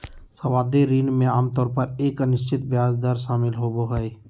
सावधि ऋण में आमतौर पर एक अनिश्चित ब्याज दर शामिल होबो हइ